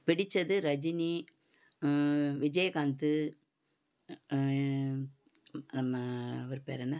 பிடிச்சது ரஜினி விஜயகாந்த் நம்ம அவர் பேர் என்ன